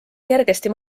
kergesti